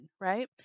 right